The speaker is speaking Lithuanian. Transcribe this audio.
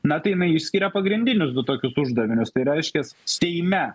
na tai jinai išskiria pagrindinius du tokius uždavinius tai reiškias seime